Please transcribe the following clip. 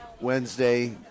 Wednesday